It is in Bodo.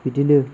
बिब्दिनो